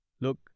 Look